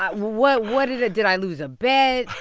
what what did it did i lose a bet?